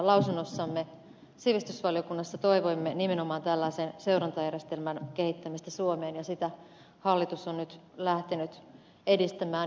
lausunnossamme sivistysvaliokunnassa toivoimme nimenomaan tällaisen seurantajärjestelmän kehittämistä suomeen ja sitä hallitus on nyt lähtenyt edistämään